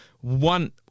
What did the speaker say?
one